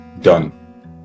done